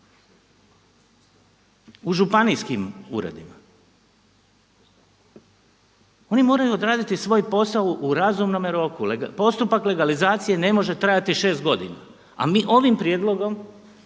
U županijskim uredima. Oni moraju odraditi svoj posao u razumnome roku. Postupak legalizacije ne može trajati šest godina, a mi ovim prijedlogom